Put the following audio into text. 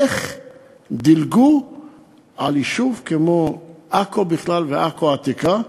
איך דילגו על יישוב כמו עכו בכלל ועל עכו העתיקה בפרט.